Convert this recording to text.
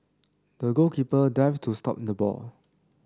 the goalkeeper dived to stop the ball